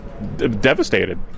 devastated